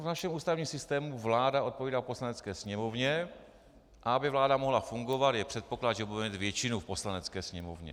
V našem ústavním systému vláda odpovídá Poslanecké sněmovně, a aby vláda mohla fungovat, je předpoklad, že bude mít většinu v Poslanecké sněmovně.